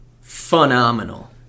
phenomenal